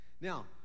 Now